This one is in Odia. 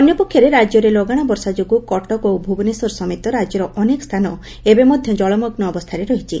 ଅନ୍ୟପକ୍ଷରେ ରାଜ୍ୟରେ ଲଗାଣ ବର୍ଷା ଯୋଗୁଁ କଟକ ଓ ଭୁବନେଶ୍ୱର ସମେତ ରାଜ୍ୟର ଅନେକ ସ୍ସାନ ଏବେ ମଧ୍ଧ ଜଳମଗୁ ଅବସ୍ସାରେ ରହିଛି